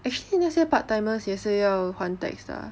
actually 那些 part timers 也是要还 tax 的 ah